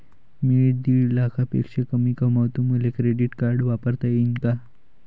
मी दीड लाखापेक्षा कमी कमवतो, मले क्रेडिट कार्ड वापरता येईन का?